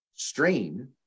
strain